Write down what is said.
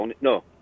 No